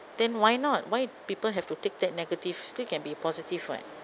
then why not why people have to take that negative still can be positive [what]